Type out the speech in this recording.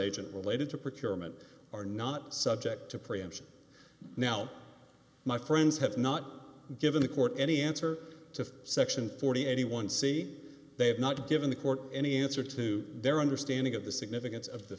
agent related to procure meant are not subject to preemption now my friends have not given the court any answer to section forty anyone see they have not given the court any answer to their understanding of the significance of the